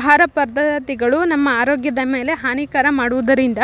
ಆಹಾರ ಪದ್ದತಿಗಳು ನಮ್ಮ ಆರೋಗ್ಯದ ಮೇಲೆ ಹಾನಿಕರ ಮಾಡುವುದರಿಂದ